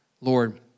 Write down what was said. Lord